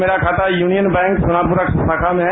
मेरा खाता Union Bank शाखा में है